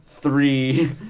three